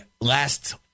last